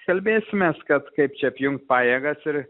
kalbėsimės kad kaip čia apjungt pajėgas ir